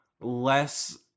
Less